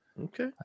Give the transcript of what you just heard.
Okay